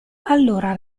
allora